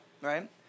Right